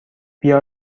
بیا